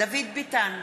דוד ביטן,